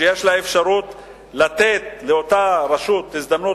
שיש לה אפשרות לתת לאותה רשות הזדמנות,